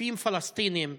תוקפים פלסטינים,